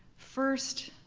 first,